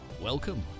Welcome